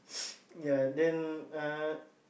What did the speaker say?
ya then uh